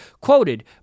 Quoted